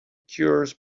cures